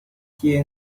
here